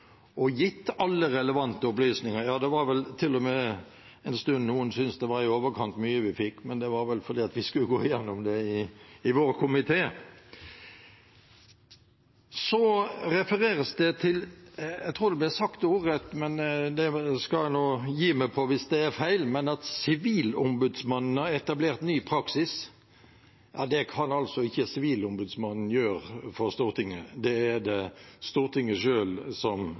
og gitt alle relevante opplysninger – ja, det var vel til og med en stund hun syntes det var i overkant mye vi fikk, men det var vel fordi vi skulle gå gjennom det i vår komité. Så refereres det til – jeg tror det ble sagt ordrett, men det skal jeg gi meg på hvis det er feil –at Sivilombudsmannen har etablert ny praksis. Ja, det kan altså ikke Sivilombudsmannen gjøre overfor Stortinget, det er det Stortinget selv som